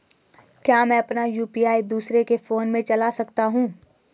क्या मैं अपना यु.पी.आई दूसरे के फोन से चला सकता हूँ?